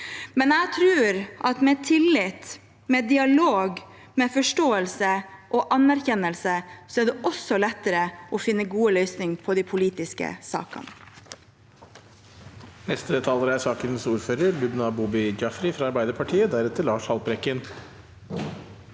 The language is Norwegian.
men jeg tror at med tillit, dialog, forståelse og anerkjennelse er det også lettere å finne gode løsninger på de politiske sakene.